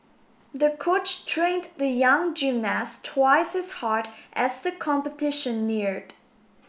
the coach trained the young gymnast twice as hard as the competition neared